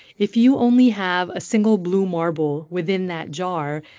if you only have a single blue marble within that jar,